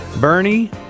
Bernie